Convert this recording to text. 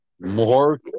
more